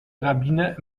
rabbiner